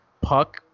Puck